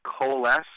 coalesce